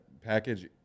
package